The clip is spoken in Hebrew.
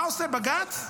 מה עושה בג"ץ?